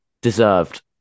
deserved